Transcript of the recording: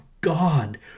God